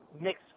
mix